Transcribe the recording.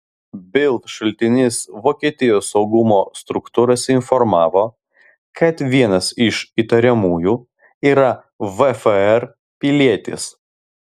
bild šaltinis vokietijos saugumo struktūrose informavo kad vienas iš įtariamųjų yra vfr pilietis